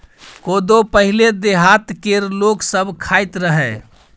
कोदो पहिले देहात केर लोक सब खाइत रहय